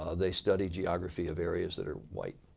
ah they study geography of areas that are white.